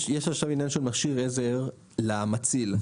יש עניין של מכשיר עזר למציל.